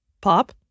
Pop